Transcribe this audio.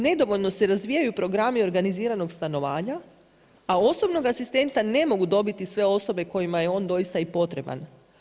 Nedovoljno se razvijaju programi organiziranog stanovanja, a osobnog asistenta ne mogu dobiti i sve osobe kojima je on doista i potreban.